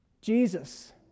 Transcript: Jesus